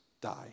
die